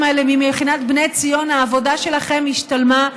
האלה ממכינת בני ציון: העבודה שלכם השתלמה.